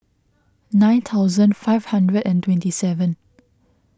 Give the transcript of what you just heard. nine thousand five hundred and twenty seven